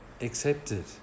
accepted